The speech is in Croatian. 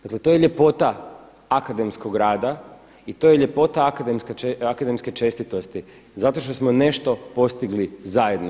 Dakle, to je ljepota akademskog rata i to je ljepota akademske čestitosti, zato što smo nešto postigli zajedno.